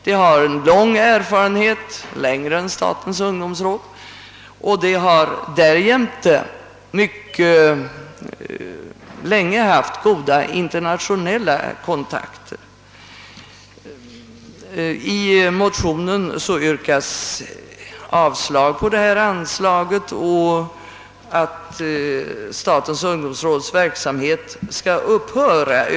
Det har lång erfarenhet, längre än statens ungdomsråd, och det har mycket länge haft goda internationella kontakter. I motionerna har man yrkat avslag på det anslag det här gäller och begärt att statens ungdomsråds verksamhet skall upphöra.